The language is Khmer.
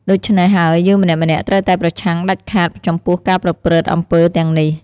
ដូចច្នេះហើយយើងម្នាក់ៗត្រូវតែប្រឆាំងដាច់ខាតចំពោះការប្រព្រឹត្ដិអំពើរទាំងនេះ។